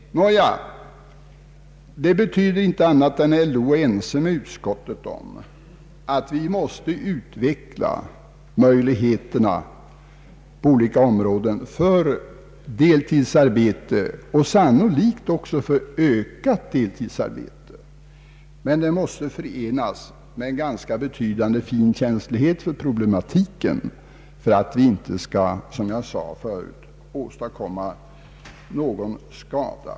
Detta betyder inte annat än att LO är överens med utskottet om att vi måste utveckla möjligheterna för deltidsarbete på olika områden — sannolikt också för ökat deltidsarbete totalt — men det måste förenas med en ganska betydande känslighet för problematiken så att vi inte, som jag tidigare anfört, åstadkommer någon skada.